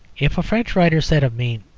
if a french writer said of me,